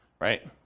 right